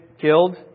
killed